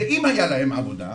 ואם היה להם עבודה,